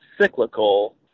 cyclical